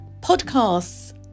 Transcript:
podcasts